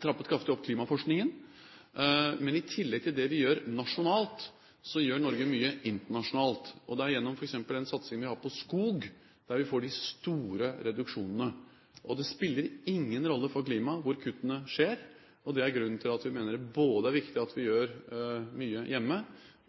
trappet kraftig opp klimaforskningen. Men i tillegg til det vi gjør nasjonalt, gjør Norge mye internasjonalt gjennom f.eks. den satsingen vi har på skog, der vi får de store reduksjonene. Det spiller ingen rolle for klimaet hvor kuttene skjer. Det er grunnen til at vi mener det er viktig at vi gjør mye hjemme,